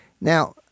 Now